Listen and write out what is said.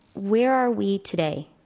where are we today?